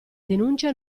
denuncia